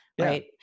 Right